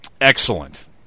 Excellent